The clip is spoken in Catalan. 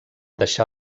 deixar